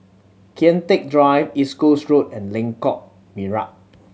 Kian Teck Drive East Coast Road and Lengkok Merak